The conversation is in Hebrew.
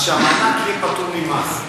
שהמענק יהיה פטור ממס.